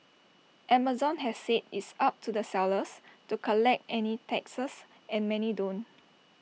Amazon has said it's up to the sellers to collect any taxes and many don't